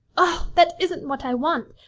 oh! that isn't what i want.